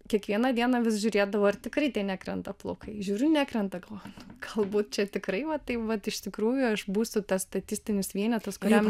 kiekvieną dieną vis žiūrėdavau ar tikrai tie nekrenta plaukai žiūriu nekrenta galvoju galbūt čia tikrai va taip vat iš tikrųjų aš būsiu tas statistinis vienetas kuriam